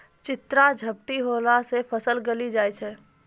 चित्रा झपटी होला से फसल गली जाय छै?